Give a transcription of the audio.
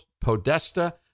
Podesta